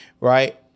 right